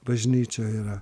bažnyčia yra